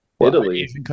Italy